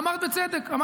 אמרת בצדק,